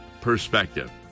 perspective